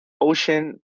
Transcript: Ocean